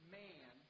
man